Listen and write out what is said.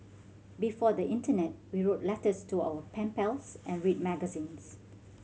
before the internet we wrote letters to our pen pals and read magazines